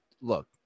look